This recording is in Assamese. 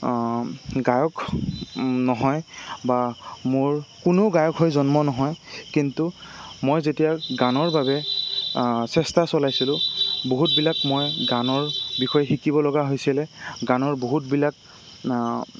গায়ক নহয় বা মোৰ কোনো গায়ক হৈ জন্ম নহয় কিন্তু মই যেতিয়া গানৰ বাবে চেষ্টা চলাইছিলোঁ বহুতবিলাক মই গানৰ বিষয়ে শিকিব লগা হৈছিলে গানৰ বহুতবিলাক